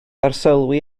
arsylwi